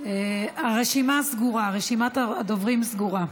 הרשימה סגורה, רשימת הדוברים סגורה.